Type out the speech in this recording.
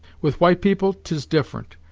with white people t is different,